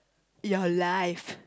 your life